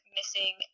missing